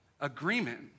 agreement